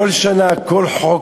כל שנה, כל חוק,